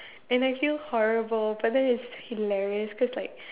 and I feel horrible but then it's hilarious cause like